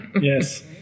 Yes